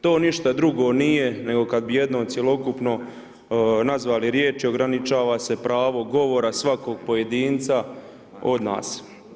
To ništa drugo nije nego kad bi jedno cjelokupno nazvali riječi ograničava se pravo govora svakog pojedinca od nas.